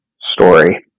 story